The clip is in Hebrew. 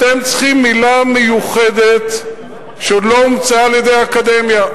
אתם צריכים מלה מיוחדת שעוד לא הומצאה על-ידי האקדמיה.